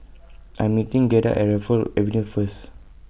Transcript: I'm meeting Giada At Raffles Avenue First